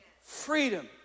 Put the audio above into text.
freedom